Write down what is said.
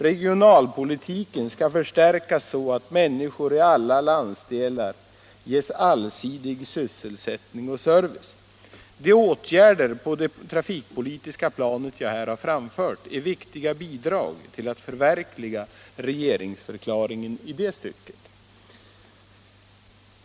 —-—-- Regionalpolitiken skall förstärkas så att människor i olika landsdelar ges allsidig sysselsättning och service samt en god miljö.” — De åtgärder på det trafikpolitiska planet som jag här har föreslagit är viktiga bidrag till att förverkliga regeringsförklaringen i det stycket.